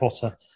Potter